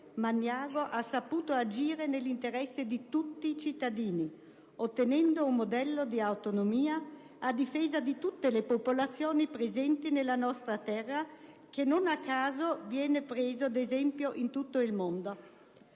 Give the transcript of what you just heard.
Magnago ha saputo agire nell'interesse di tutti i cittadini, ottenendo un modello di autonomia a difesa di tutte le popolazioni presenti nella nostra terra, che non a caso viene preso ad esempio in tutto il mondo.